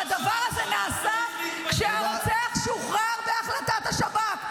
והדבר הזה נעשה כשהרוצח שוחרר בהחלטת השב"כ.